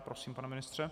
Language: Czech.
Prosím, pane ministře.